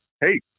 Hey